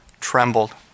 trembled